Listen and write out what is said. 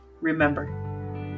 Remember